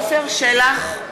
(קוראת בשמות חברי הכנסת) עפר שלח,